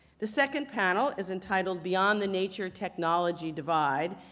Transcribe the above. the second panel is entitled, beyond the nature technology divide.